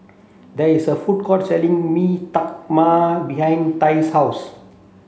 there is a food court selling Mee Tai Mak behind Tai's house